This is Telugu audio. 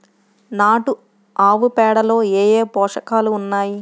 నాటు ఆవుపేడలో ఏ ఏ పోషకాలు ఉన్నాయి?